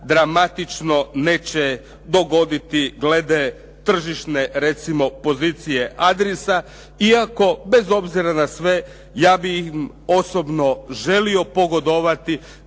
dramatično neće dogoditi glede tržišne recimo pozicije Adrisa iako bez obzira na sve ja bih im osobno želio pogodovati